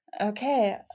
okay